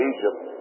Egypt